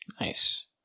Nice